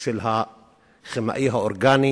של הכימאי האורגני